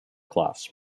class